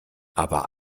aber